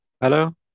Hello